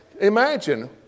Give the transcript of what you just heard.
Imagine